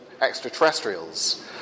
extraterrestrials